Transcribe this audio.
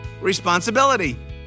responsibility